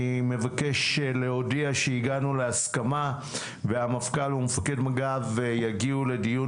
אני מבקש להודיע שהגענו להסכמה והמפכ"ל ומפקד מג"ב יגיעו לדיון